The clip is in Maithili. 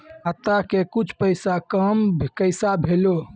खाता के कुछ पैसा काम कैसा भेलौ?